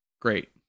Great